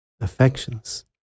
affections